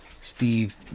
Steve